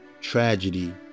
Tragedy